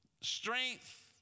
strength